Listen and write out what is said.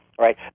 right